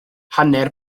hanner